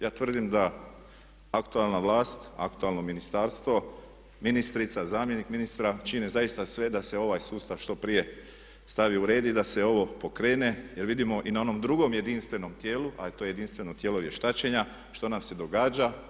Ja tvrdim da aktualna vlast, aktualno ministarstvo, ministrica, zamjenik ministra čine zaista sve da se ovaj sustav što prije stavi i uredi i da se ovo pokrene jer vidimo i na onom drugom jedinstvenom tijelu a to je jedinstveno tijelo vještačenja što nam se događa.